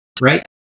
Right